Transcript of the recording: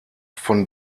von